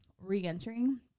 re-entering